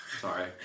Sorry